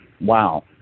wow